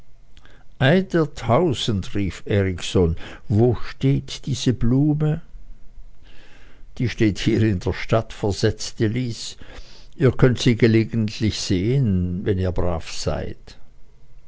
der tausend rief erikson wo steht diese blume die steht hier in der stadt versetzte lys ihr könnt sie gelegentlich sehen wenn ihr brav seid